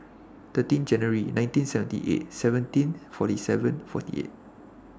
thirteen January nineteen seventy eight seventeen forty seven forty eight